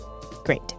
Great